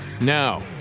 Now